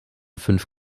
fünf